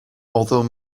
although